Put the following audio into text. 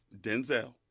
Denzel